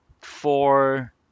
four